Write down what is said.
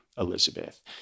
Elizabeth